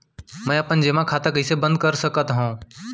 मै अपन जेमा खाता कइसे बन्द कर सकत हओं?